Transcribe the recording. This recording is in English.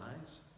eyes